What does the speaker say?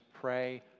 Pray